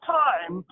time